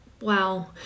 Wow